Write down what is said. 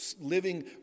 living